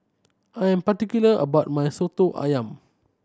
I am particular about my Soto Ayam